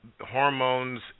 hormones